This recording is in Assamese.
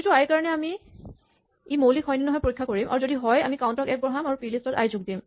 প্ৰতিটো আই ৰ কাৰণে আমি ই মৌলিক হয় নে নহয় পৰীক্ষা কৰিম যদি হয় আমি কাউন্ট ক এক বঢ়াম আৰু পিলিষ্ট ত আই যোগ দিম